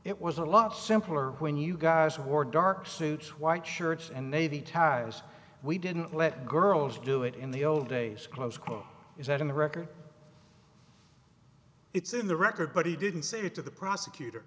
it was a lot simpler when you guys wore dark suits white shirts and navy ties we didn't let girls do it in the old days close quote is that in the record it's in the record but he didn't say it to the prosecutor